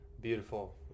Beautiful